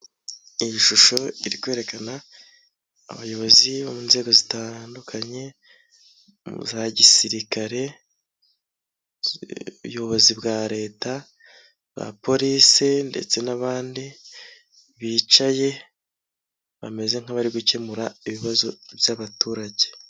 Iyi shusho iri kwerekana abayobozi bo mu nzego zitandukanye: za gisirikare, ubuyobozi bwa leta, bwa Polisi ndetse n'abandi bicaye bameze nk'abari gukemura ibibazo by'abaturage.